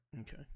Okay